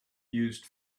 used